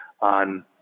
on